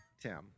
Tim